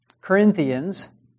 Corinthians